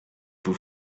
vous